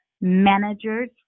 managers